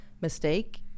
mistake